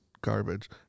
garbage